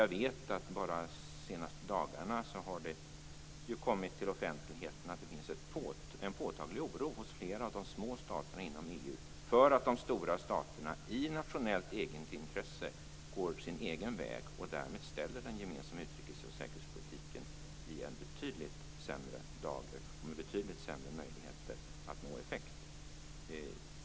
Jag vet att det bara de senaste dagarna har kommit till offentligheten att det finns en påtaglig oro hos flera av de små staterna inom EU för att de stora staterna i nationellt egenintresse går sin egen väg och därmed ställer den gemensamma utrikes och säkerhetspolitiken i en betydligt sämre dager och med betydligt sämre möjligheter att nå effekt.